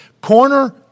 corner